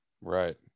Right